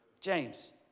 James